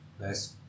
Nice